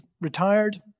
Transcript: retired